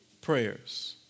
prayers